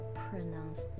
pronounce